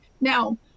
Now